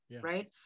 right